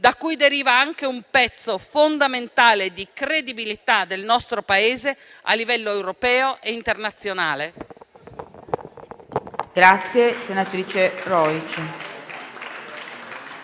da cui deriva anche una parte fondamentale di credibilità del nostro Paese a livello europeo e internazionale.